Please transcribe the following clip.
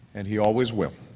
and he always will.